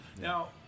Now